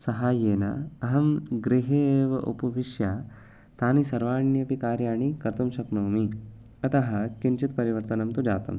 सहाय्येन अहं गृहे एव उपविश्य तानि सर्वाण्यपि कार्याणि कर्तुं शक्नोमि अतः किञ्चित् परिवर्तनं तु जातं